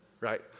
right